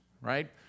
right